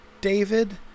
David